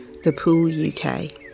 thepooluk